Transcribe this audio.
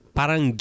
parang